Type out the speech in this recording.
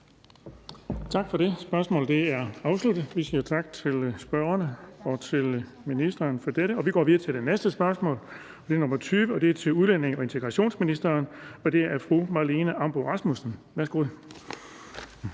Tak for det. Spørgsmålet er afsluttet, og vi siger tak til spørgerne og til ministeren for dette. Vi går videre til det næste spørgsmål, det er nr. 20, og det er til udlændinge- og integrationsministeren fra fru Marlene Ambo-Rasmussen. Kl.